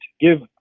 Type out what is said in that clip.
give